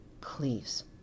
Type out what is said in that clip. please